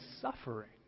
suffering